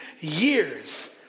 years